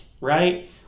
right